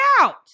out